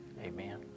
Amen